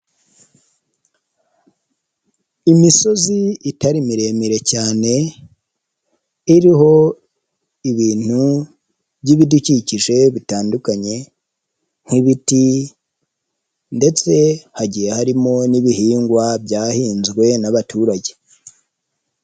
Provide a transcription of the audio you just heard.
Imisozi itari miremire cyane, iriho ibintu by'ibidukikije bitandukanye nk'ibiti ndetse hagiye harimo n'ibihingwa byahinzwe n'abaturage.